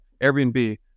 Airbnb